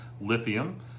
lithium